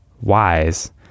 wise